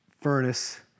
furnace